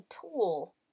tool